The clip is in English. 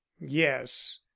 yes